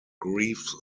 grief